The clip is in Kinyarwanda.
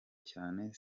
cyane